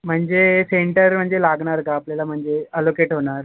म्हणजे सेंटर म्हणजे लागणार का आपल्याला म्हणजे अलोकेट होणार